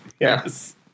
Yes